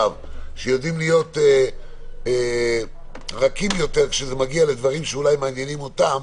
שיודעים להיות רכים יותר כשזה מגיע לדברים שאולי מעניינים אותם